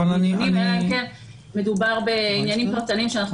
אלא אם כן מדובר בעניינים פרטניים שאנחנו